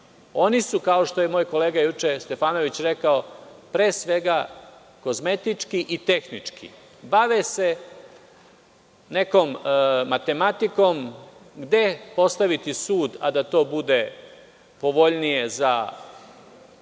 Oni su, kao što je juče rekao moj kolega Stefanović, pre svega kozmetički i tehnički. Bave se nekom matematikom, gde postaviti sud, a da to bude povoljnije za